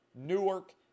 Newark